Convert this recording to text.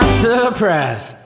surprise